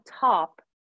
top